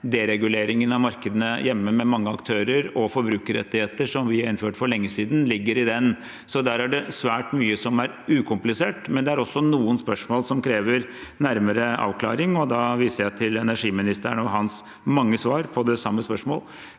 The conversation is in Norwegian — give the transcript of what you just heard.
dereguleringen av markedene hjemme med mange aktører og forbrukerrettigheter som vi har innført for lenge siden, ligger i den, så der er det svært mye som er ukomplisert. Men det er også noen spørsmål som krever nærmere avklaring, og da viser jeg til energiministeren og hans mange svar på det samme spørsmål